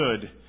good